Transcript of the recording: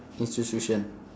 institution